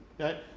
Okay